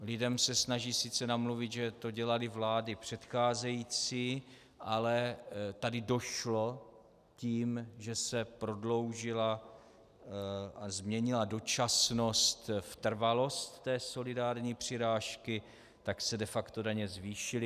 Lidem se snaží sice namluvit, že to dělaly vlády předcházející, ale tady se tím, že se prodloužila a změnila dočasnost v trvalost solidární přirážky, daně de facto zvýšily.